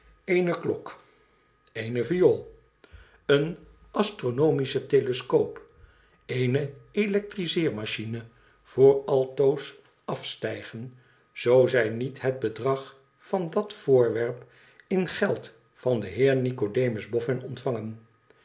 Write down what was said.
eene klok eene viool een astronomische telescoop eene electriscermachine voor altoos afstijgen zoo zij niet het bedrag van dat voorwerp in geld van den heer nicodemus bofhn ontvangen